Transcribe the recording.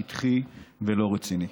שטחי ולא רציני.